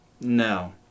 No